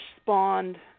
spawned